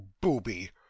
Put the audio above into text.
booby